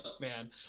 man